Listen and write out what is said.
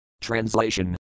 Translation